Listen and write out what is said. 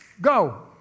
Go